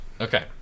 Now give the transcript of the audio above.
okay